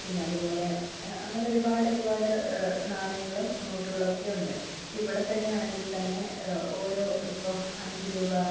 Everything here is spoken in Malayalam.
പിന്നെ അതുപോലെ അങ്ങനെ ഒരുപാടൊരുപാട് നാണയങ്ങളും നോട്ടുകളൊക്കെയുണ്ട് അപ്പോൾ ഇവിടെത്തന്നെയാണെങ്കിൽ തന്നെ ഒരോ ഇപ്പോൾ അഞ്ചുരൂപ